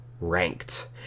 Ranked